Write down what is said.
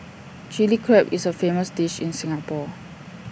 Chilli Crab is A famous dish in Singapore